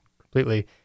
completely